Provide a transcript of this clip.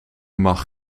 mag